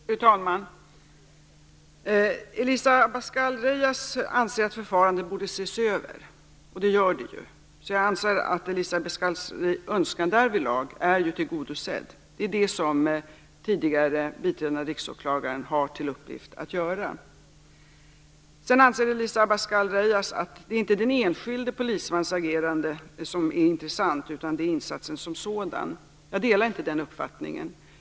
Fru talman! Elisa Abascal Reyes anser att förfarandet borde ses över, och det görs ju. Därför anser jag att Elisa Abascal Reyes önskan därvidlag är tillgodosedd. Det är det som tidigare biträdande Riksåklagaren har till uppgift att göra. Elisa Abascal Reyes anser också att det inte är den enskilde polismannens agerande som är intressant utan insatsen som sådan. Jag delar inte den uppfattningen.